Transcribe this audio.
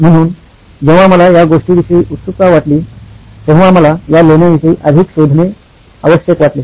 म्हणून जेव्हा मला या गोष्टीविषयी उत्सुकता वाटली तेव्हा मला या लेण्यांविषयी अधिक शोधणे आवश्यक वाटले